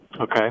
Okay